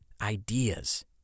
ideas